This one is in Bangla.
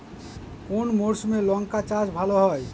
কোন মরশুমে লঙ্কা চাষ ভালো হয়?